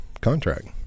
contract